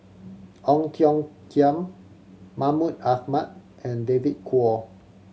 Ong Tiong Khiam Mahmud Ahmad and David Kwo